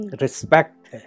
respect